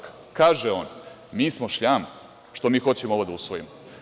Kaže on, mi smo šljam što mi hoćemo ovo da usvojimo.